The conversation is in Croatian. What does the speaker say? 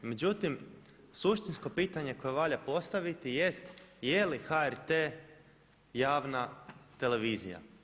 Međutim, suštinsko pitanje koje valja postaviti jest jeli HRT javna televizija?